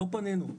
לא פנינו.